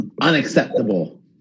Unacceptable